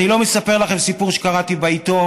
אני לא מספר לכם סיפור שקראתי בעיתון